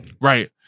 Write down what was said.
right